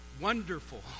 Wonderful